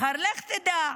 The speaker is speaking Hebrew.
מחר, לך תדע,